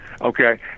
Okay